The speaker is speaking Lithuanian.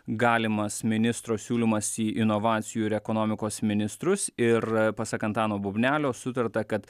galimas ministro siūlymas į inovacijų ir ekonomikos ministrus ir pasak antano bubnelio sutarta kad